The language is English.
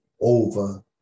over